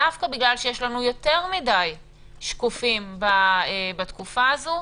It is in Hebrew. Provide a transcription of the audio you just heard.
דווקא בגלל שיש לנו יותר מדי שקופים בתקופה הזאת,